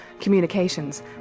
communications